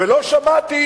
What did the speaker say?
ולא שמעתי